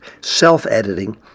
self-editing